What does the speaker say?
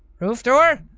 roof door?